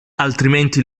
altrimenti